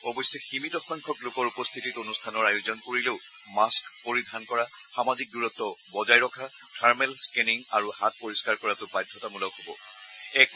অৱশ্যে সীমিত সংখ্যক লোকৰ উপস্থিতিত অনুষ্ঠানৰ আয়োজন কৰিলেও মাস্থ পৰিধান কৰা সামাজিক দূৰত্ব বজাই ৰখা থাৰ্মেল স্থেনিং আৰু হাত পৰিষ্ণাৰ কৰাটো বাধ্যতামূলক হ'ব